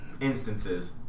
Instances